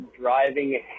driving